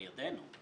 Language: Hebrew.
על ידנו?